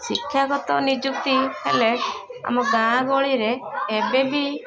ଶିକ୍ଷାଗତ ନିଯୁକ୍ତି ହେଲେ ଆମ ଗାଁ ଗହଳିରେ ଏବେବି